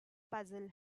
puzzle